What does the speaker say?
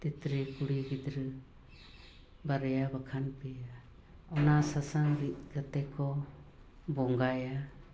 ᱛᱤᱛᱨᱤ ᱠᱩᱲᱤ ᱜᱤᱫᱽᱨᱟᱹ ᱵᱟᱨᱭᱟ ᱵᱟᱠᱷᱟᱱ ᱯᱮᱭᱟ ᱚᱱᱟ ᱥᱟᱥᱟᱝ ᱨᱤᱫ ᱠᱟᱛᱮᱠᱚ ᱵᱚᱸᱜᱟᱭᱟ